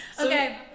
Okay